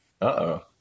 Uh-oh